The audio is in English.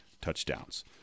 touchdowns